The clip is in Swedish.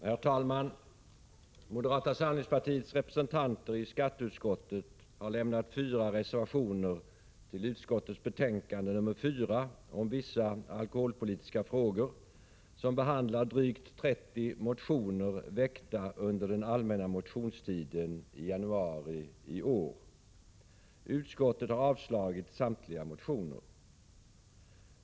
Herr talman! Moderata samlingspartiets representanter i skatteutskottet har fogat fyra reservationer till utskottets betänkande nr 4, om vissa alkoholpolitiska frågor, som behandlar drygt 30 motioner väckta under den allmänna motionstiden i januari i år. Utskottet har avstyrkt samtliga motioner.